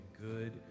good